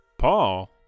Paul